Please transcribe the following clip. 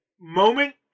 Moment